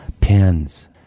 pins